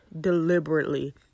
deliberately